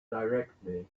directly